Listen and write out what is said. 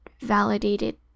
validated